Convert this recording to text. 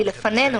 לדעתי, היא לפנינו